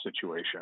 situation